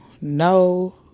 No